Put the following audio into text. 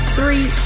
Three